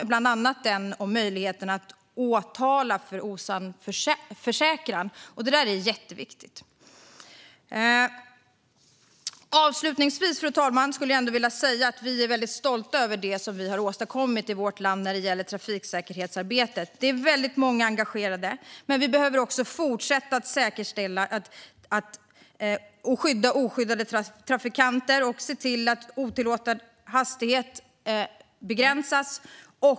Det handlar bland annat om möjlighet att åtala för osann försäkran. Detta är jätteviktigt. Fru talman! Avslutningsvis skulle jag vilja säga att vi är mycket stolta över det som vi har åstadkommit i vårt land när det gäller trafiksäkerhetsarbetet. Det är väldigt många som är engagerade. Men vi behöver också fortsätta att säkerställa att oskyddade trafikanter skyddas och se till att otillåten hastighet begränsas.